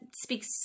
speaks